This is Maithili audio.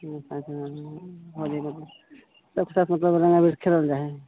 होली एक साथ मतलब रङ्ग अबीर खेलल जाइ हइ